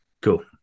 Cool